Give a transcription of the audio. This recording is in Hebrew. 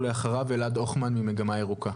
ולאחריו אלעד הוכמן ממגמה ירוקה.